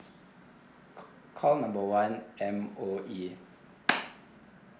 call call number one M_O_E